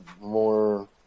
more